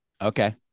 Okay